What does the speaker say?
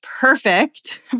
perfect